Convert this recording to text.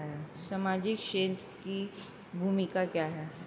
सामाजिक क्षेत्र की भूमिका क्या है?